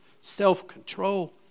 self-control